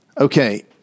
Okay